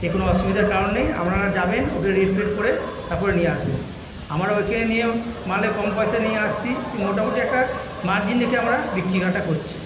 যে কোনো অসুবিধার কারণ নেই আপনারা যাবেন ওখানে রেট ফেট করে তারপরে নিয়ে আসবেন আমরা ওইখানে নিয়েও মালে কম পয়সায় নিয়ে আসছি তো মোটামোটি একটা মার্জিন রেখে আমরা বিক্রি বাটা করছি